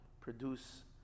produce